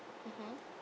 mmhmm